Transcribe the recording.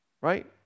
right